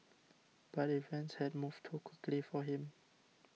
but events had moved too quickly for him